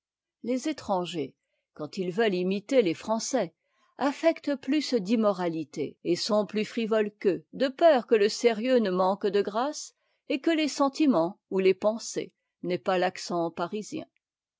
les étrangers quand ils veulent imiter les français affectent plus d'immoralité et sont plus frivoles qu'eux de peur que le sérieux ne manque de grâce et que les sentiments ou les pensées n'aient pas l'accent parisien